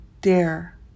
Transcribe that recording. dare